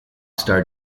star